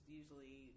usually